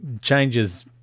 changes